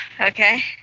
Okay